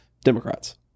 Democrats